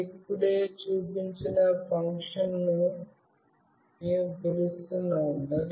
నేను ఇప్పుడే చూపించిన ఫంక్షన్ను మేము పిలుస్తున్నాము